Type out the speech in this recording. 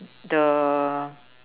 the